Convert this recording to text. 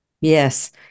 yes